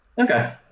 Okay